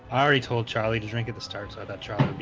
i already told charlie to drink at the start so that charlie.